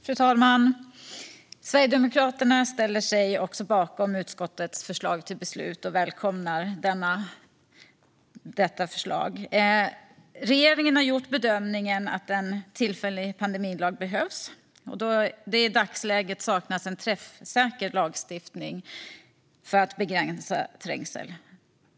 Fru talman! Sverigedemokraterna ställer sig också bakom utskottets förslag till beslut och välkomnar förslaget. Regeringen har gjort bedömningen att en tillfällig pandemilag behövs då det i dagsläget saknas en träffsäker lagstiftning för att begränsa trängsel.